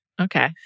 Okay